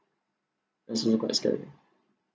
actually quite scary